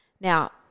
Now